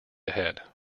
ahead